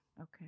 Okay